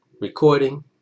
recording